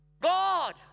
God